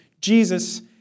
Jesus